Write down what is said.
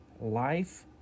life